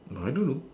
I don't know